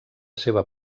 seva